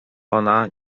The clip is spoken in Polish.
ona